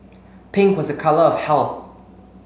pink was a colour of health